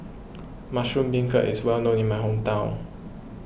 Mushroom Beancurd is well known in my hometown